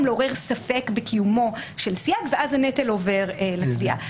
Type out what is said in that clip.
לעורר ספק בקיומו של סייג ואז הנטל עובר לתביעה.